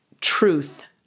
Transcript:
truth